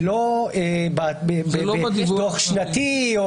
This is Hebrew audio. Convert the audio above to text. לא בדיווח שנתי,